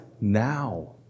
now